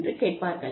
என்று கேட்பார்கள்